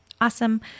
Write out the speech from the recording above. awesome